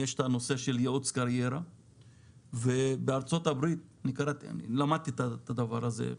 אני למדתי את זה.